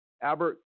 Albert